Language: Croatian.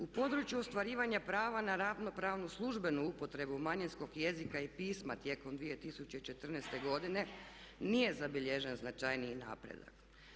U području ostvarivanja prava na ravnopravnu službenu upotrebu manjinskog jezika i pisma tijekom 2014. godine nije zabilježen značajniji napredak.